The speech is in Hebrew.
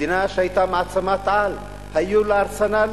מדינה שהיתה מעצמת-על, היה לה ארסנל